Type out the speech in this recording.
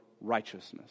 righteousness